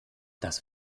das